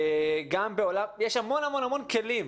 יש המון המון כלים,